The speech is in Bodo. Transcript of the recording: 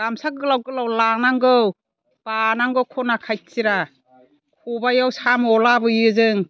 गामसा गोलाव गोलाव लानांगौ बानांगौ खना खायथिरा खबाइयाव साम' लाबोयो जों